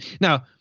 Now